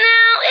Now